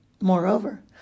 Moreover